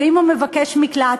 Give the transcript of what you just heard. ואם הוא מבקש מקלט,